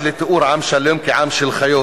ועד תיאור של עם שלם כעם של חיות.